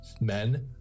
men